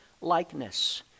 likeness